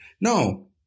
No